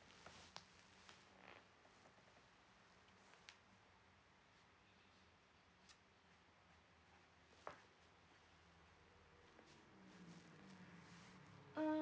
mm